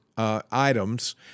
Items